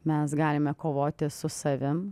mes galime kovoti su savim